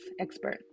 expert